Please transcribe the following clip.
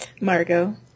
margot